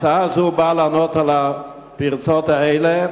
הצעה זו באה לענות על הפרצות האלה.